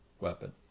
weapon